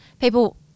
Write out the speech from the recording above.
people